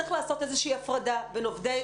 צריך לעשות איזושהי הפרדה בין עובדי